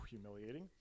humiliating